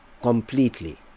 completely